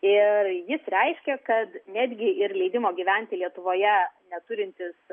ir jis reiškia kad netgi ir leidimo gyventi lietuvoje neturintys